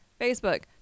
Facebook